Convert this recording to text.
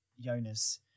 Jonas